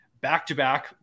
back-to-back